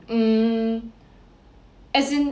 hmm as in